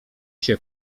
się